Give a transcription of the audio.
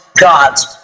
God's